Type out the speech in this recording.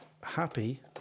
happy